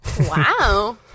Wow